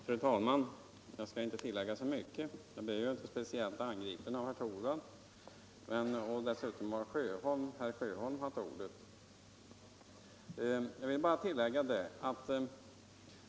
Fru talman! Jag skall inte tillägga så mycket, eftersom jag ju inte blev speciellt angripen av herr Torwald. Dessutom har herr Sjöholm haft ordet.